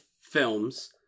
films